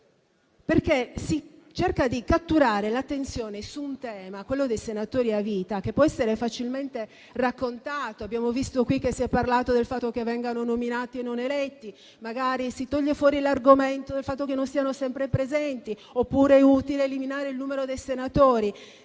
perché? Si cerca di catturare l'attenzione su un tema, quello dei senatori a vita, che può essere facilmente raccontato: abbiamo visto qui che si è parlato del fatto che vengono nominati e non eletti; magari si tira fuori l'argomento che non sono sempre presenti; oppure è utile eliminare il numero dei senatori.